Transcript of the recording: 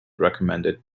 recommended